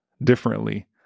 Differently